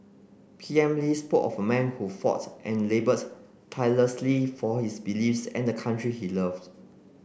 P M Lee spoke of a man who fought and laboured tirelessly for his beliefs and the country he loved